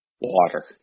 Water